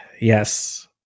Yes